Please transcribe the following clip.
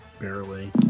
Barely